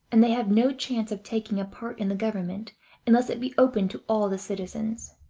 and they have no chance of taking a part in the government unless it be open to all the citizens.